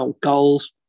goals